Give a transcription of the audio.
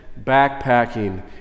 backpacking